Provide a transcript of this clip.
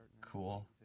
Cool